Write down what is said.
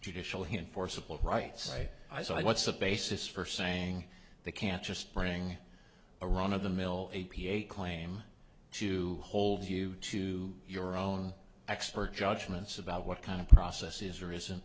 judicial him for support right say i so i what's the basis for saying they can't just bring a run of the mill a p a claim to hold you to your own expert judgments about what kind of process is or isn't